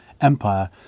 Empire